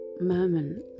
moment